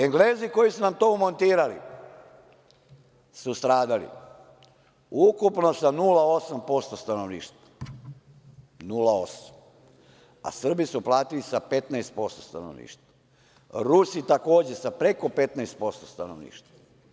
Englezi koji su nam to montirali su stradali ukupno sa 0,8% stanovništva, a Srbi su platili sa 15% stanovništva, Rusi, takođe, sa preko 15% stanovništva.